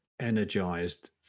energized